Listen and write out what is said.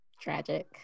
tragic